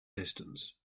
distance